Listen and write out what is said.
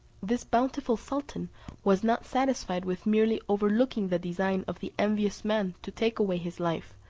this bountiful sultan was not satisfied with merely overlooking the design of the envious man to take away his life,